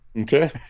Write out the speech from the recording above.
Okay